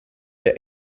der